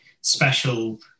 special